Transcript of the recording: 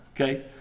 Okay